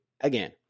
again